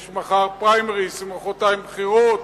יש מחר פריימריס, מחרתיים בחירות,